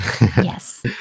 Yes